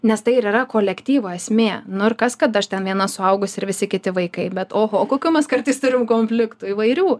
nes tai ir yra kolektyvo esmė nu ir kas kad aš ten viena suaugus ir visi kiti vaikai bet oho kokių mes kartais turim konfliktų įvairių